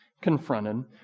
confronted